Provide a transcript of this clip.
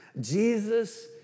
Jesus